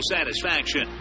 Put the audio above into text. Satisfaction